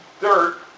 dirt